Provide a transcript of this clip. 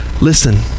listen